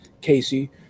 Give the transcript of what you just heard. Casey